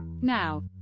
Now